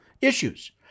issues